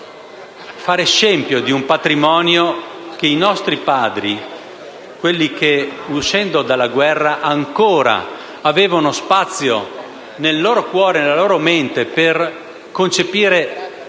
fa scempio del patrimonio dei nostri padri, quelli che, uscendo dalla guerra, ancora avevano spazio, nel loro cuore e nella loro mente, per concepire